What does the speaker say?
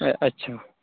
अच्छा